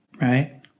right